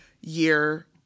year